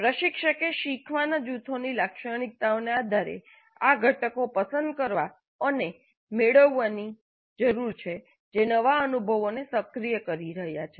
પ્રશિક્ષકે શીખવાની જૂથોની લાક્ષણિકતાઓના આધારે આ ઘટકો પસંદ કરવા અને મેળવવાની જરૂર છે જે નવા અનુભવોને સક્રિય કરી રહ્યા છે